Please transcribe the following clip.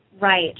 Right